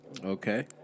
Okay